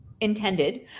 intended